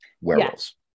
werewolves